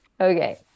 Okay